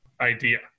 idea